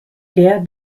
der